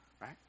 right